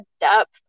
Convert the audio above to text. depth